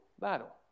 battle